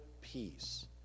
peace